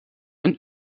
een